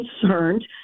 concerned